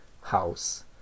house